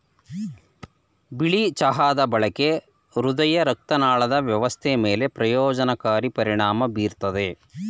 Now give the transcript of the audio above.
ಬಿಳಿ ಚಹಾದ ಬಳಕೆ ಹೃದಯರಕ್ತನಾಳದ ವ್ಯವಸ್ಥೆ ಮೇಲೆ ಪ್ರಯೋಜನಕಾರಿ ಪರಿಣಾಮ ಬೀರ್ತದೆ